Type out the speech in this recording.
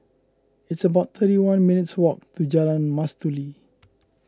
it's about thirty one minutes' walk to Jalan Mastuli